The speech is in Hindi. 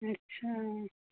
अच्छा है